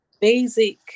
basic